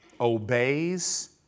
obeys